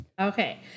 Okay